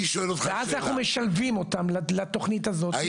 ואז אנחנו משלבים אותם לתוכנית הזאת,